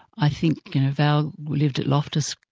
i think val lived at loftus,